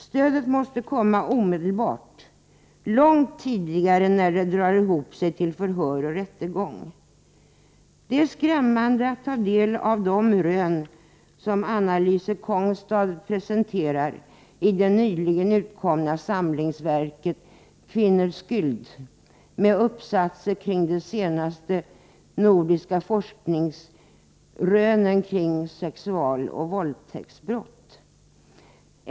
Stödet måste komma omedelbart, långt tidigare än när det drar ihop sig till förhör och rättegång. Det är skrämmande att ta del av de rön som Annalise Kongstad presenterar i det nyligen utkomna samlingsverket Kvinders skyld med uppsatser om de senaste nordiska forskningsresultaten kring sexualoch våldtäktsbrott.